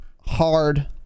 hard